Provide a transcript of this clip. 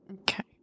Okay